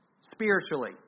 spiritually